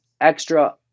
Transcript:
extra